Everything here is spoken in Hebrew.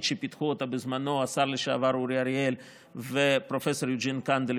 שפיתחו אותה בזמנו השר לשעבר אורי אריאל ופרופ' יוג'ין קנדל,